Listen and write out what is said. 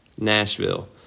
Nashville